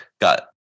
got